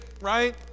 right